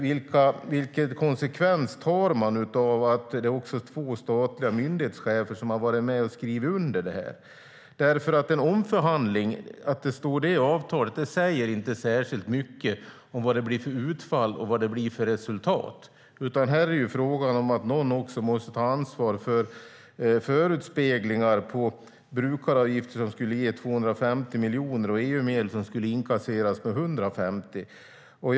Vilken konsekvens tar man av att det också är två statliga myndighetschefer som har varit med och skrivit under det här? Att det står om en omförhandling i avtalet säger inte särskilt mycket om vad det blir för utfall och vad det blir för resultat. Här är det fråga om att någon också måste ta ansvar för förespeglingar om brukaravgifter som skulle ge 250 miljoner och EU-medel om 150 miljoner som skulle inkasseras.